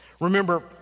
remember